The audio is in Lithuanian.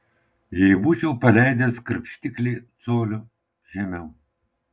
jei būčiau paleidęs krapštiklį coliu žemiau